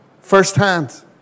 firsthand